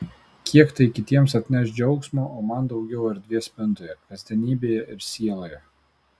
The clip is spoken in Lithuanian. kiek tai kitiems atneš džiaugsmo o man daugiau erdvės spintoje kasdienybėje ir sieloje